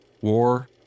War